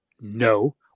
no